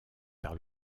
par